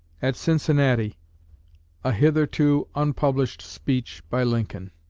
at cincinnati a hitherto unpublished speech by lincoln